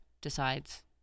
decides